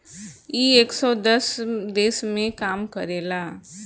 इ एक सौ दस देश मे काम करेला